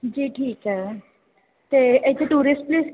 ਜੀ ਠੀਕ ਹੈ ਅਤੇ ਇੱਥੇ ਟੂਰਿਸਟ